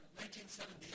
1970